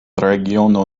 regiono